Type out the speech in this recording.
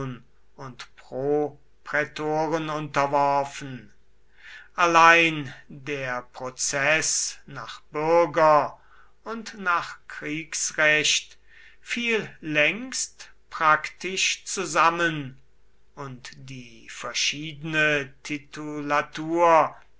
und proprätoren unterworfen allein der prozeß nach bürger und nach kriegsrecht fiel längst praktisch zusammen und die verschiedene